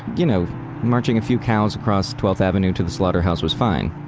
you know marching a few cows across twelfth avenue to the slaughterhouse was fine,